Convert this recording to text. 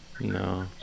no